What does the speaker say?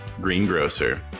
greengrocer